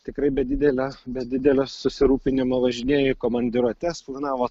tikrai be didelio bet didelio susirūpinimo važinėjo į komandiruotes planavo